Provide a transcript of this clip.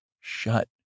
shut